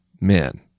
men